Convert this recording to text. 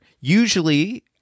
Usually